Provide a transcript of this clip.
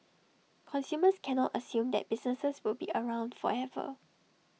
consumers cannot assume that businesses will be around forever